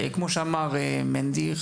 כמו שאמר מנדי,